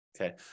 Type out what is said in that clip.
okay